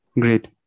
Great